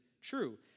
true